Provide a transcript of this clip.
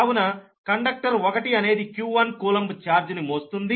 కావున కండక్టర్ 1 అనేది q1 coulomb charge ని మోస్తుంది